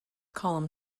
column